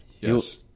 Yes